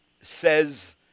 says